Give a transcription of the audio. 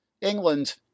England